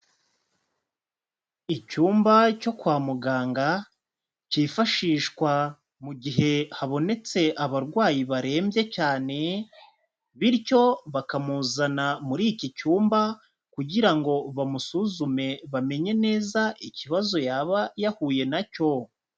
Icyumba cyo kwa muganga kifashishwa mu gihe habonetse abarwayi barembye cyane, bityo bakamuzana muri iki cyumba kugira ngo bamusuzume bamenye neza ikibazo yaba yahuye na cyo.